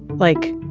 like,